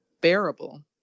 bearable